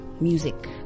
music